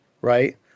Right